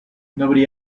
nobody